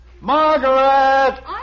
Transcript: Margaret